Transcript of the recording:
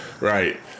right